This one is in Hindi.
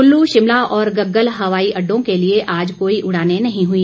कुल्लू शिमला और गग्गल हवाई अड्डों के लिए आज कोई उड़ानें नहीं हुई